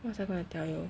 what was I gonna tell you